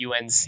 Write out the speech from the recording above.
UNC